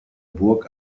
burg